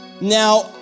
now